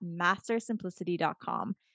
mastersimplicity.com